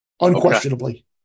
unquestionably